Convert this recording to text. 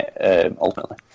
ultimately